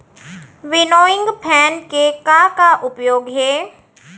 Winnowing fan के का का उपयोग हे?